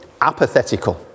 apathetical